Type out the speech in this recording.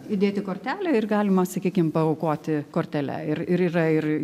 įdėti kortelę ir galima sakykim paaukoti kortele ir ir yra ir